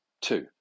Two